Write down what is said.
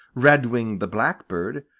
redwing the blackbird,